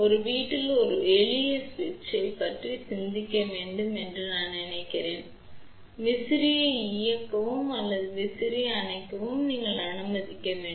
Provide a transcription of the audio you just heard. உங்கள் வீட்டில் ஒரு எளிய சுவிட்சைப் பற்றி நீங்கள் சிந்திக்க வேண்டும் என்று நான் நினைக்கிறேன் விசிறியை இயக்கவும் அல்லது விசிறியை அணைக்கவும் நீங்கள் அனுமதிக்க வேண்டும்